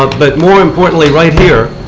but more importantly, right here,